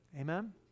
Amen